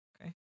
Okay